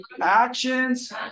actions